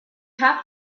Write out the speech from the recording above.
have